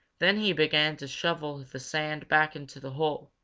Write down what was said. then he began to shovel the sand back into the hole.